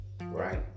right